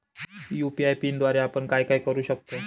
UPI पिनद्वारे आपण काय काय करु शकतो?